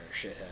shithead